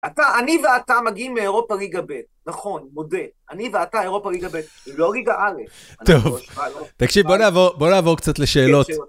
אתה, אני ואתה מגיעים מאירופה ליגה ב', נכון, מודה. אני ואתה, אירופה ליגה ב', לא ליגה א'. טוב, תקשיב, בוא נעבור קצת לשאלות.